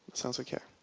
sounds ok.